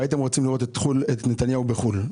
והייתם רוצים לראות את נתניהו בחו"ל.